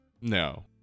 no